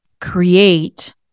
create